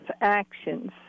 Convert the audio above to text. actions